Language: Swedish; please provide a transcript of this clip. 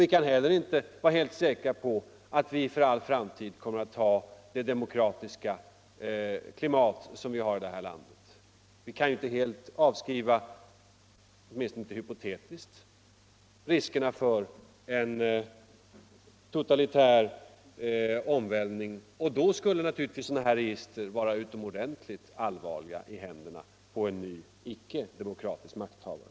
Vi kan heller inte vara helt säkra på att vi för all framtid här Nr 22 i landet kommer att ha det demokratiska klimat som vi nu har. Vi kan Fredagen den ju inte — åtminstone inte hypotetiskt — helt avskriva riskerna för en to 14 februari 1975 talitär omvälvning, och då skulle naturligtvis sådana register vara utomösbija KORAS ordentligt allvarliga i händerna på en ny, icke-demokratisk makthavare.